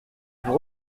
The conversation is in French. vous